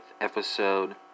episode